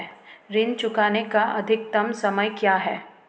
ऋण चुकाने का अधिकतम समय क्या है?